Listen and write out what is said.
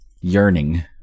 yearning